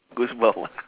goose bump ah